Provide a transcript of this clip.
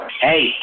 hey